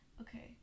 okay